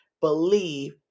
believe